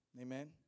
Amen